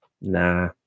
Nah